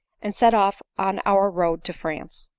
and set off on our road to france.